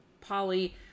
Polly